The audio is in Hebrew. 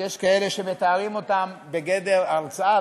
שיש כאלה שמתארים אותם בגדר הרצאה,